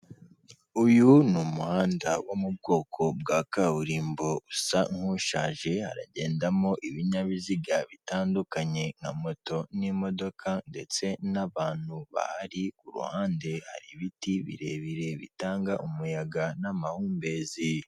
Uyu ni umuhanda wo mu bwoko bwa kaburimbo, usa nk'ushaje, haragendamo ibinyabiziga bitandukanye, nka moto n'imodoka, ndetse n'abantu bahari, ku ruhande hari ibiti birebire bitanga umuyaga n'amahumbezi.